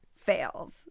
fails